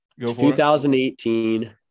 2018